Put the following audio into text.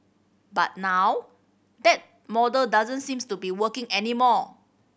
but now that model doesn't seems to be working anymore